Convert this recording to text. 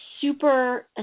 super